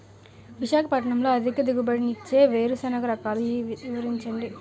విశాఖపట్నంలో అధిక దిగుబడి ఇచ్చే వేరుసెనగ రకాలు వివరించండి?